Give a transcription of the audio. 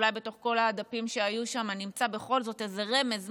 אולי בתוך כל הדפים שהיו שם אני אמצא בכל זאת איזה רמז,